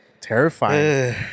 terrifying